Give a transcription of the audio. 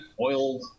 oil